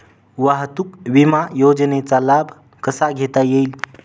वाहतूक विमा योजनेचा लाभ कसा घेता येईल?